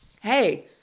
Hey